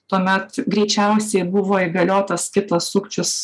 tuomet greičiausiai buvo įgaliotas kitas sukčius